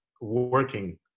working